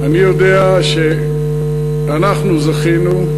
אני יודע שאנחנו זכינו.